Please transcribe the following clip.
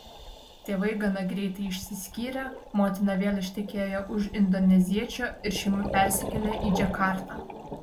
tėvai gana greitai išsiskyrė motina vėl ištekėjo už indoneziečio ir šeima persikėlė į džakartą